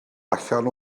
allan